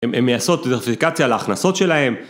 הם יעשו איזו אפליקציה להכנסות שלהם.